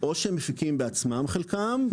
או שהם מפיקים בעצמם בחלקם.